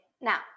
now